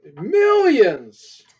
Millions